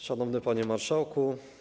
Szanowny Panie Marszałku!